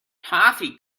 toffee